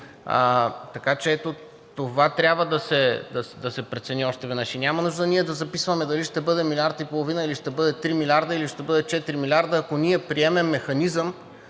това трябва да се прецени още веднъж. И няма нужда ние да записваме дали ще бъдат милиард и половина, или ще бъдат три милиарда, или ще бъдат четири милиарда, ако ние приемем механизъм,